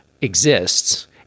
exists